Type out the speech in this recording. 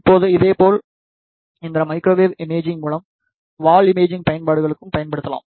இப்போது இதேபோல் இந்த மைக்ரோவேவ் இமேஜிங் மூலம் வால் இமேஜிங் பயன்பாடுகளுக்கு பயன்படுத்தப்படலாம்